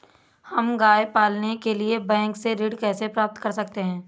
हम गाय पालने के लिए बैंक से ऋण कैसे प्राप्त कर सकते हैं?